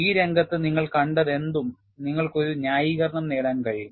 ഈ രംഗത്ത് നിങ്ങൾ കണ്ടതെന്തും നിങ്ങൾക്ക് ഒരു ന്യായീകരണം നേടാൻ കഴിയും